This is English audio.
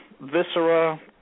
Viscera